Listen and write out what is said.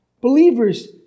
believers